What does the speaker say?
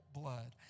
blood